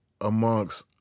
amongst